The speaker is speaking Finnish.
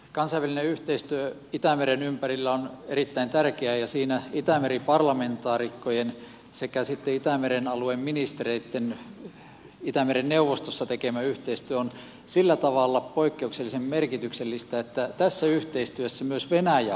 kansainvälinen yhteistyö itämeren ympärillä on erittäin tärkeää ja siinä itämeri parlamentaarikkojen sekä sitten itämeren alueen ministereitten itämeren neuvostossa tekemä yhteistyö on sillä tavalla poikkeuksellisen merkityksellistä että tässä yhteistyössä myös venäjä on mukana